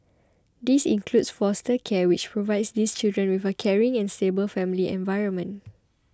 this includes foster care which provides these children with a caring and stable family environment